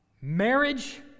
marriage